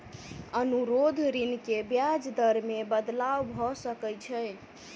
अनुरोध ऋण के ब्याज दर मे बदलाव भ सकै छै